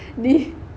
do you